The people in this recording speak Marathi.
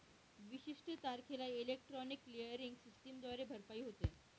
विशिष्ट तारखेला इलेक्ट्रॉनिक क्लिअरिंग सिस्टमद्वारे भरपाई होते